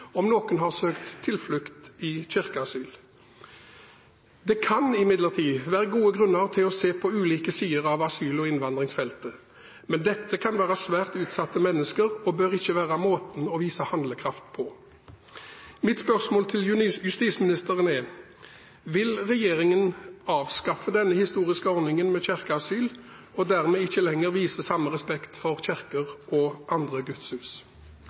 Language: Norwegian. om noen har søkt tilflukt i kirkeasyl. Det kan imidlertid være gode grunner til å se på ulike sider av asyl- og innvandringsfeltet. Men dette kan være svært utsatte mennesker og bør ikke være måten å vise handlekraft på. Mitt spørsmål til justisministeren er: Vil regjeringen avskaffe denne historiske ordningen med kirkeasyl og dermed ikke lenger vise samme respekt for kirker og andre